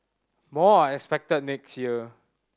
more are expected next year